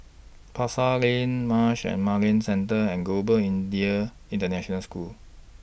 Pasar Lane Marsh and McLennan Centre and Global Indian International School